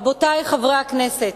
רבותי חברי הכנסת,